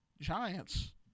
Giants